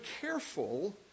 careful